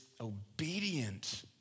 obedient